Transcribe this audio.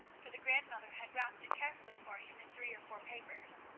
for the grandmother had wrapped it carefully for him in three or four papers.